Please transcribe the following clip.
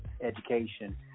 education